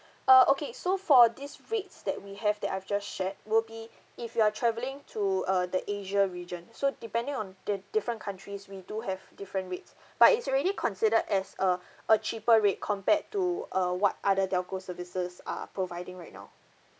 uh okay so for these rates that we have that I've just shared will be if you are travelling to uh the asia region so depending on the different countries we do have different rates but it's already considered as a a cheaper rate compared to uh what other telco services are providing right now